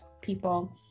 people